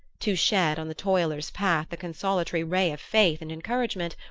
to shed on the toiler's path the consolatory ray of faith and encouragement,